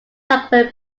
franklin